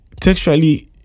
textually